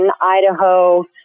Idaho